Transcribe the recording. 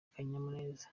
akanyamuneza